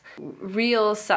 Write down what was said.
real